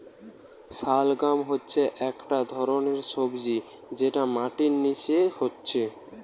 শালগাম হচ্ছে একটা ধরণের সবজি যেটা মাটির নিচে হচ্ছে